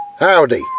Howdy